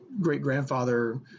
great-grandfather